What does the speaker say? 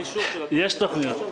יש תוכניות.